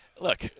look